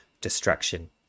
destruction